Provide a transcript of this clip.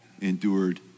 endured